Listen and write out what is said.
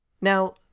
Now